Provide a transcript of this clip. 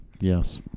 Yes